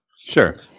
Sure